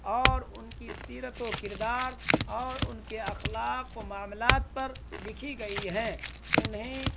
اور ان کی سیرت و کردار اور ان کے اخلاق و معاملات پر لکھی گئی ہیں انہیں